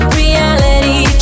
reality